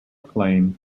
acclaim